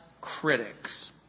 critics